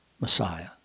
Messiah